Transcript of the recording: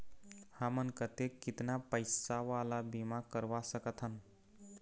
हमन कतेक कितना पैसा वाला बीमा करवा सकथन?